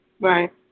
Right